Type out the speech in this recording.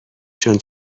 چون